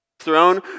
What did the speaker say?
throne